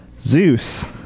zeus